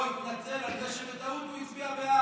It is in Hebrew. וחבר הקואליציה שלך פה התנצל על זה שבטעות הוא הצביע בעד.